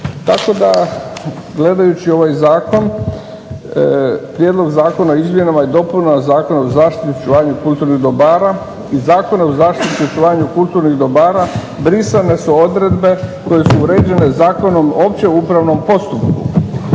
Tako da gledajući ovaj zakon, Prijedlog zakona o izmjenama i dopunama Zakona o zaštiti i očuvanju kulturnih dobara iz Zakona o zaštiti i očuvanju kulturnih dobara brisane su odredbe koje su uređene Zakonom o općem upravnom postupku,